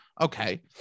okay